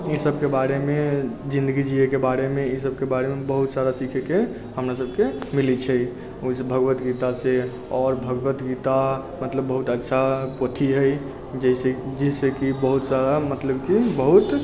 ई सबके बारेमे जिन्दगी जिएके बारेमे ई सबके बारेमे बहुत सारा सिखैके हमरा सबके मिलै छै ओहिसँ भगवतगीतासँ आओर भगवतगीता मतलब बहुत अच्छा पोथी हइ जइसे कि बहुत सारा मतलब कि बहुत